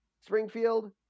Springfield